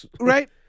Right